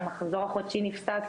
המחזור החודשי נפסק,